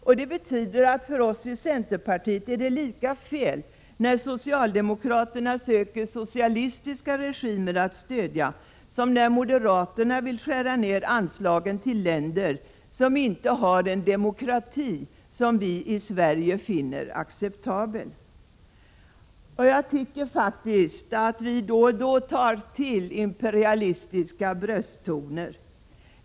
Detta betyder att det för oss i centerpartiet är lika fel när socialdemokraterna söker socialistiska regimer att stödja som när moderaterna vill skära ner anslagen till länder som inte har en demokrati som vi i Sverige finner acceptabel. Jag tycker faktiskt att vi då och då tar till imperialistiska brösttoner.